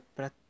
Para